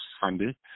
Sunday